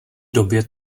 době